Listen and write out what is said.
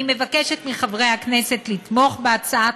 אני מבקשת מחברי הכנסת לתמוך בהצעת